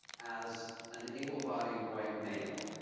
as an able-bodied white male,